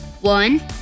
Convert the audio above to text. One